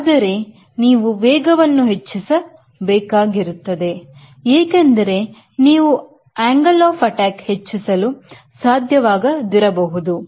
ಅದರ ನೀವು ವೇಗವನ್ನು ಹೆಚ್ಚಿಸಿ ಬೇಕಾಗಿರುತ್ತದೆ ಏಕೆಂದರೆ ನೀವು attack angle ಹೆಚ್ಚಿಸಲು ಸಾಧ್ಯವಾಗದಿರಬಹುದು